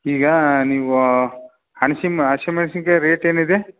ಈಗ ನೀವು ಹಣ್ಸಿಮ್ ಹಸಿಮೆಣ್ಸಿನ್ಕಾಯಿ ರೇಟ್ ಏನಿದೆ